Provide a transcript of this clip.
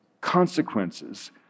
consequences